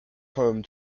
home